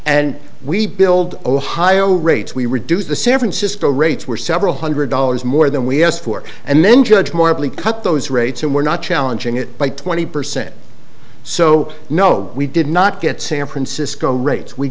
and we build ohio rates we reduce the san francisco rates were several hundred dollars more than we asked for and then judge morally cut those rates and were not challenging it by twenty percent so no we did not get san francisco rates we